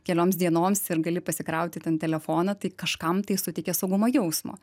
kelioms dienoms ir gali pasikrauti ten telefoną tai kažkam tai suteikia saugumo jausmo